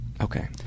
Okay